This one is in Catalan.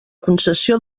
concessió